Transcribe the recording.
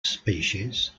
species